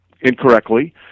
incorrectly